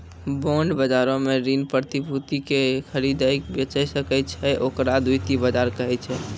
bond बजारो मे ऋण प्रतिभूति के खरीदै बेचै सकै छै, ओकरा द्वितीय बजार कहै छै